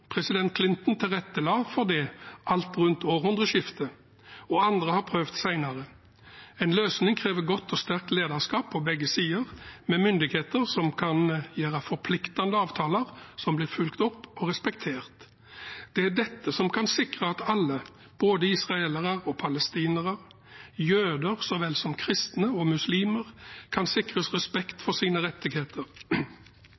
President Clinton tilrettela for det alt rundt århundreskiftet, og andre har prøvd senere. En løsning krever godt og sterkt lederskap på begge sider, med myndigheter som kan gjøre forpliktende avtaler som blir fulgt opp og respektert. Det er dette som gjør at alle, både israelere og palestinere, jøder så vel som kristne og muslimer, kan sikres respekt